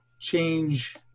change